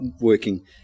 working